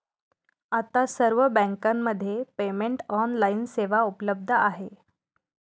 आता सर्व बँकांमध्ये पेमेंट ऑनलाइन सेवा उपलब्ध आहे